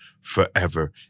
forever